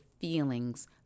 feelings